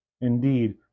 Indeed